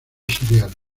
serial